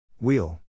Wheel